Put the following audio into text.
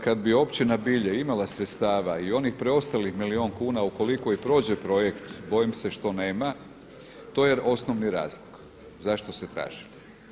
Kada bi općina Bilje imala sredstava i onih preostalih milijun kuna ukoliko i prođe projekt, bojim se što nema, to je osnovni razlog zašto se traži.